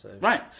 Right